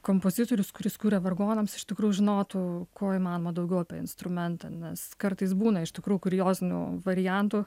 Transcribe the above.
kompozitorius kuris kuria vargonams iš tikrųjų žinotų kuo įmanoma daugiau apie instrumentą nes kartais būna iš tikrųjų kuriozinių variantų